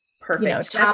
perfect